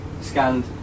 scanned